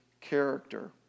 character